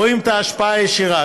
רואים את ההשפעה הישירה.